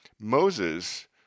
Moses